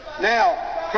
Now